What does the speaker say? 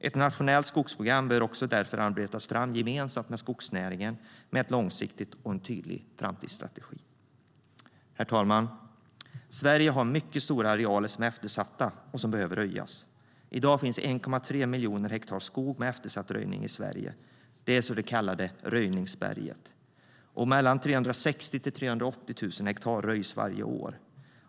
Ett nationellt skogsprogram med en långsiktig och tydlig framtidsstrategi bör därför arbetas fram gemensamt med skogsnäringen. Herr talman! Sverige har mycket stora arealer som är eftersatta och som behöver röjas. I dag finns 1,3 miljoner hektar skog med eftersatt röjning i Sverige - det så kallade röjningsberget. 360 000-380 000 hektar röjs varje år.